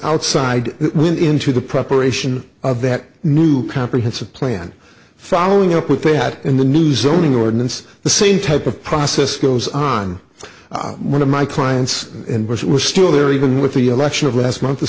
outside it went into the preparation of that new comprehensive plan following up with pat and the new zoning ordinance the same type of process goes on one of my clients and but it was still there even with the election of last month the